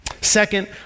Second